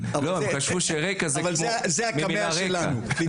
זה הקמע שלנו,